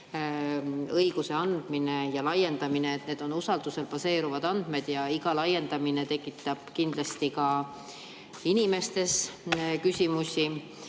õiguse andmise ja laiendamise tõttu. Need on usaldusel baseeruvad andmed ja iga laiendamine tekitab kindlasti ka inimestes küsimusi.